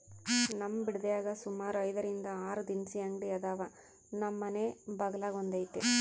ನಮ್ ಬಿಡದ್ಯಾಗ ಸುಮಾರು ಐದರಿಂದ ಆರು ದಿನಸಿ ಅಂಗಡಿ ಅದಾವ, ನಮ್ ಮನೆ ಬಗಲಾಗ ಒಂದೈತೆ